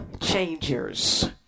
changers